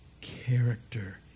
character